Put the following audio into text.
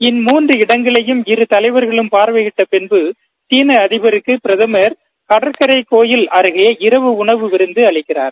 இம்முன்று இடங்களையும் இரு தலைவர்களும் பார்வையிட்ட பிள்டு சீள அதிபருக்கு பிரதமர் கடற்கரை கோவில் அருகே இரவு உணவு விருந்து அளிக்கிறார்